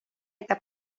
eta